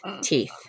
teeth